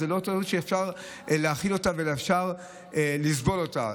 זאת לא התנהגות שאפשר להכיל אותה ואפשר לסבול אותה.